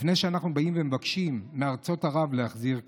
לפני שאנחנו באים ומבקשים מארצות ערב להחזיר כספים,